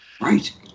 right